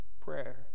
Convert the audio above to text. prayer